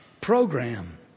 program